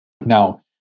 Now